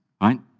right